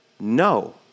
No